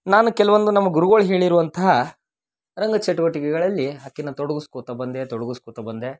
ನಾನು ಕೆಲವೊಂದು ನಮ್ಮ ಗುರುಗಳು ಹೇಳಿರುವಂಥ ರಂಗ ಚಟುವಟಿಕೆಗಳಲ್ಲಿ ಆಕಿನ ತೊಡ್ಗಸ್ಕೊತಾ ಬಂದೆ ತೊಡ್ಗಸ್ಕೊತಾ ಬಂದೆ